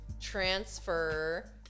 transfer